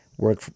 Work